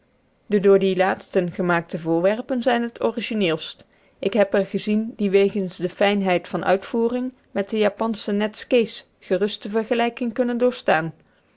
de door die laatsten gemaakte voorwerpen zijn het origineelst ik heb er gezien die wegens de fijnheid van uitvoering met de japansche netzkés gerust de vergelijking kunnen doorstaan